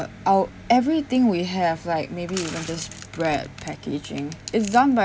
out everything we have like maybe you noticed bread packaging is done by